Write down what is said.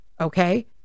okay